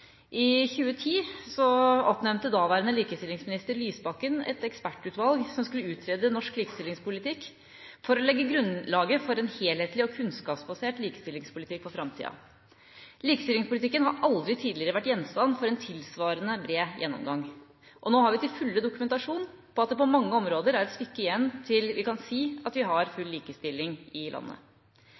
I 2010 oppnevnte daværende likestillingsminister Lysbakken et ekspertutvalg som skulle utrede norsk likestillingspolitikk for å legge grunnlaget for en helhetlig og kunnskapsbasert likestillingspolitikk for framtida. Likestillingspolitikken har aldri tidligere vært gjenstand for en tilsvarende bred gjennomgang. Og nå har vi til fulle dokumentasjon på at det på mange områder er et stykke igjen til vi kan si at vi har full likestilling i landet.